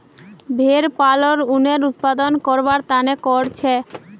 भेड़ पालन उनेर उत्पादन करवार तने करछेक